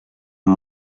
amb